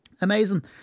Amazing